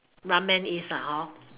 ramen is lah hor